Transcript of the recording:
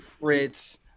Fritz